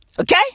Okay